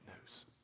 news